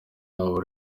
wabo